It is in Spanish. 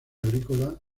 agrícola